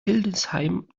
hildesheim